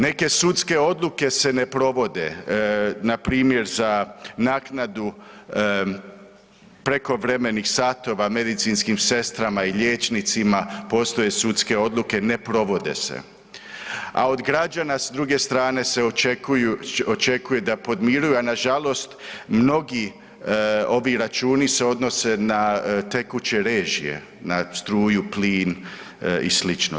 Neke sudske odluke se ne provode npr. za naknadu prekovremenih satova medicinskim sestrama i liječnicima, postoje sudske odluke, ne provode se, a od građana s druge strane se očekuju, očekuje da podmiruje, a nažalost mnogi ovi računi se odnose na tekuće režije, na struju, plin i slično.